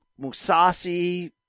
Musasi